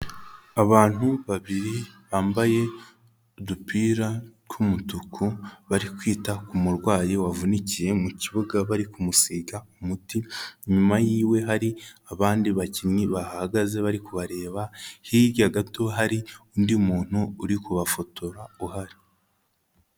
Abantu babiri bambaye udupira tw'umutuku bari kwita ku murwayi wavunikiye mu kibuga bari kumusiga umuti, inyuma yiwe hari abandi bakinnyi bahahagaze bari kubareba, hirya gato hari undi muntu uri kubafotora uhari.